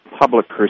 public